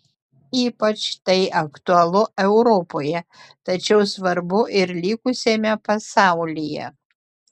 ypač tai aktualu europoje tačiau svarbu ir likusiame pasaulyje